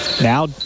Now